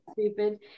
stupid